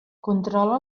controla